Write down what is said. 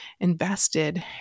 invested